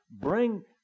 Bring